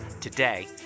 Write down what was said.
today